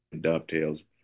dovetails